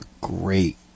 great